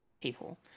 people